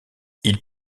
ils